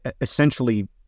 essentially